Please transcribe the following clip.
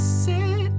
sit